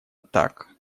так